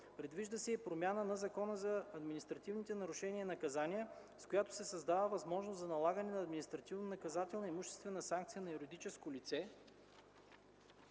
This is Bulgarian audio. Предвижда се и промяната в Закона за административните нарушения и наказания, с която се създава възможност за налагане на административнонаказателна имуществена санкция на юридическо лице,